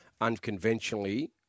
unconventionally